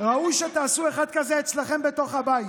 ראוי שתעשו אחד כזה אצלכם בתוך הבית.